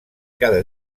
cada